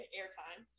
airtime